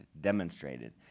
demonstrated